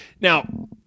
Now